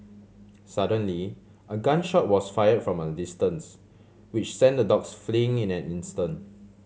suddenly a gun shot was fire from a distance which sent the dogs fleeing in an instant